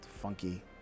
funky